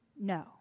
no